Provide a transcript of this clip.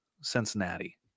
Cincinnati